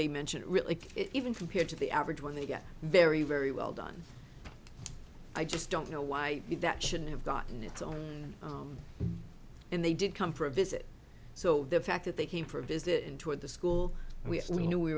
they mentioned it when compared to the average when they get very very well done i just don't know why that shouldn't have gotten its own and they didn't come for a visit so the fact that they came for a visit in toward the school we knew we